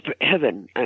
heaven